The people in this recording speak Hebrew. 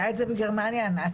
היה את זה בגרמניה הנאצית.